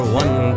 one